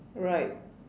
right